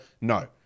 no